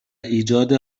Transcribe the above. ایجاد